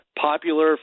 popular